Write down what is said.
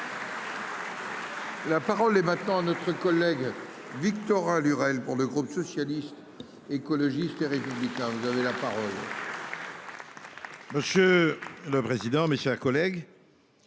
La parole est maintenant à notre collègue Victorin Lurel pour le groupe socialiste, écologiste et républicain ordonné. Monsieur le président, mes chers collègues.--